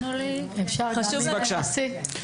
אז בבקשה.